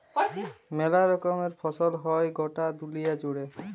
মেলা রকমের ফসল হ্যয় গটা দুলিয়া জুড়ে